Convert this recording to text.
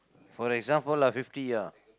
for example lah fifty ah